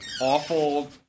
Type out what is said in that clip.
awful